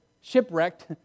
shipwrecked